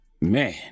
Man